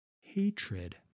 hatred